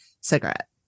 cigarette